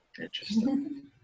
Interesting